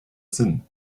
sinn